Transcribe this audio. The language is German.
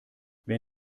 wer